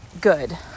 good